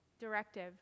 directive